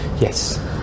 yes